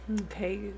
Okay